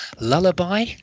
Lullaby